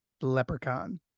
Leprechaun